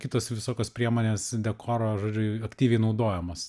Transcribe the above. kitos visokios priemonės dekoro žodžiu aktyviai naudojamos